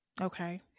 Okay